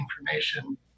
information